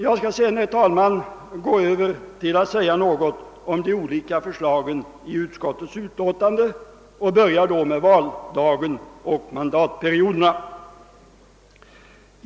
Efter detta skall jag övergå till att något beröra de olika förslagen i utskottets betänkande och börjar då med valdagen och mandatperioderna.